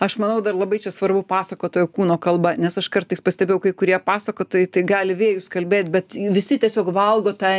aš manau dar labai čia svarbu pasakotojo kūno kalba nes aš kartais pastebėjau kai kurie pasakotojai tai gali vėjus kalbėt bet visi tiesiog valgo tą